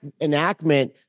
enactment